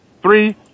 Three